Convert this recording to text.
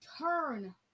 turn